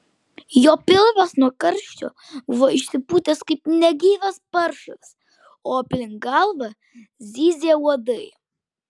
jo pilvas nuo karščio buvo išsipūtęs kaip negyvas paršas o aplink galvą zyzė uodai